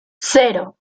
cero